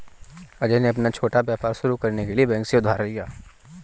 अजय ने अपना छोटा व्यापार शुरू करने के लिए बैंक से उधार लिया